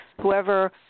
whoever